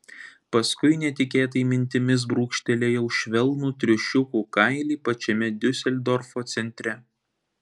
paskui netikėtai mintimis brūkštelėjau švelnų triušiukų kailį pačiame diuseldorfo centre